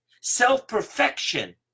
self-perfection